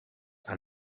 and